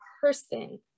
person